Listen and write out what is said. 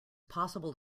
possible